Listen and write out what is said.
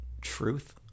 truth